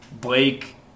Blake